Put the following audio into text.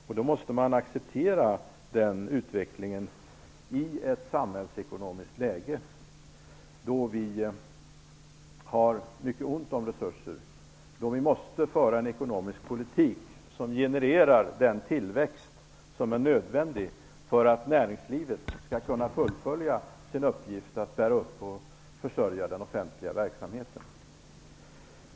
Man måste acceptera den utvecklingen, i ett samhällsekonomiskt läge där vi har mycket ont om resurser och där vi måste föra en ekonomisk politik som genererar den tillväxt som är nödvändig för att näringslivet skall kunna fullfölja sin uppgift att bära upp och försörja den offentliga verksamheten.